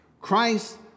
Christ